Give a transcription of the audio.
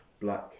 black